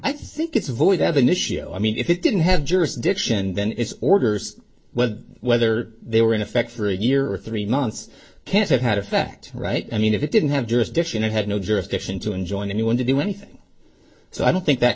i think it's void have an issue i mean if it didn't have jurisdiction then its orders whether they were in effect for a year or three months can't have had effect right i mean if it didn't have jurisdiction it had no jurisdiction to enjoin anyone to do anything so i don't think that